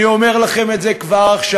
אני אומר לכם את זה כבר עכשיו.